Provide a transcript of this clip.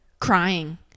crying